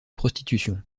prostitution